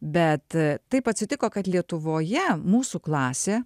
bet taip atsitiko kad lietuvoje mūsų klasė